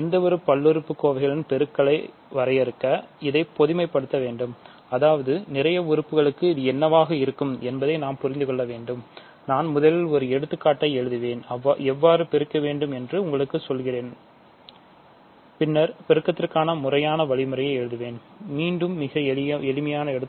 எந்தவொரு பல்லுறுப்புக்கோவைகளின் பெருக்கல் வரையறுக்க இதை பொதுமைப்படுத்த வேண்டும் அதாவது நிறைய உறுப்புகளுக்கு இது என்னவாக இருக்கும் என்பதை நாம் புரிந்து கொள்ள வேண்டும் நான்முதலில்ஒரு எடுத்துக்காட்டை எழுதுவேன் எவ்வாறு பெருக்க வேண்டும் என்று உங்களுக்குத் சொல்கிறேன் பின்னர் பெருக்கத்திற்கான முறையான வழிமுறையை எழுதுவேன் மீண்டும் மிக எளிமையான எடுத்துக்காட்டு